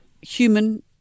human